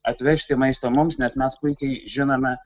atvežti maisto mums nes mes puikiai žinome